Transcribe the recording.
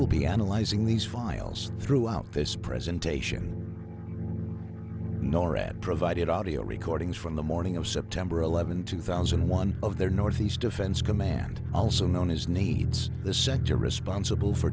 will be analyzing these files throughout this presentation norad provided audio recordings from the morning of september eleventh two thousand and one of their northeast defense command also known as needs the center responsible for